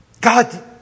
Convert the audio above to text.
God